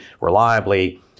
reliably